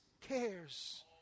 cares